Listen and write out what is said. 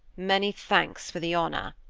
many thanks for the honor.